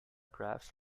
graphs